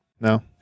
No